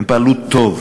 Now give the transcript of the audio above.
הם פעלו טוב.